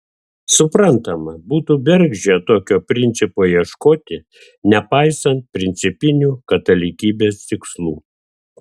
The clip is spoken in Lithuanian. suprantama būtų bergždžia tokio principo ieškoti nepaisant principinių katalikybės tikslų